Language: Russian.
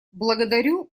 благодарю